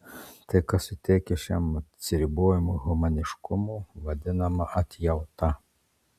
tai kas suteikia šiam atsiribojimui humaniškumo vadinama atjauta